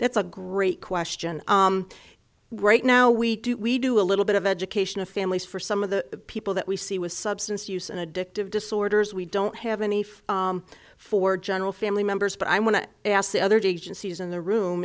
that's a great question right now we do we do a little bit of education of families for some of the people that we see with substance use and addictive disorders we don't have any for for general family members but i want to ask the other day agencies in the room